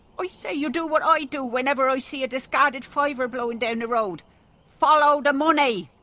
oi say you do what oi do whenever oi see a discarded fiver blowin' down the road follow the money!